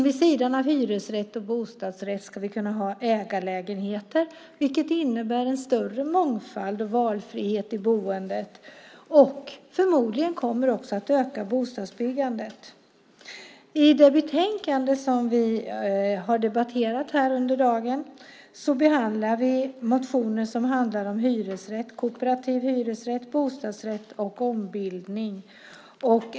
Vid sidan av hyresrätt och bostadsrätt ska vi kunna ha ägarlägenheter, vilket innebär en större mångfald och valfrihet i boendet. Förmodligen kommer det också att öka bostadsbyggandet. I det betänkande som vi har debatterat under dagen behandlar vi motioner som handlar om hyresrätt, kooperativ hyresrätt, bostadsrätt och ombildning.